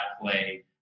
play